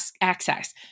access